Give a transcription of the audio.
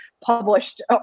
published